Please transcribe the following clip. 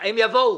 הם יבואו.